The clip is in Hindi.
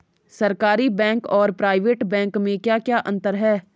सरकारी बैंक और प्राइवेट बैंक में क्या क्या अंतर हैं?